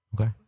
Okay